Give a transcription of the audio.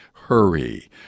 Hurry